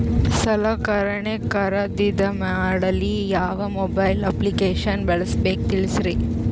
ಸಲಕರಣೆ ಖರದಿದ ಮಾಡಲು ಯಾವ ಮೊಬೈಲ್ ಅಪ್ಲಿಕೇಶನ್ ಬಳಸಬೇಕ ತಿಲ್ಸರಿ?